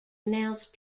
announced